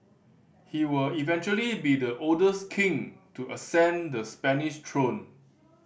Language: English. he will eventually be the oldest king to ascend the Spanish throne